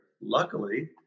Luckily